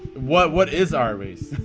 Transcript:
what what is our race?